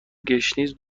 گشنیز